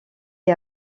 est